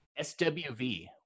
SWV